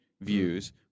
views